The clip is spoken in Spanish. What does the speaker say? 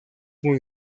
muy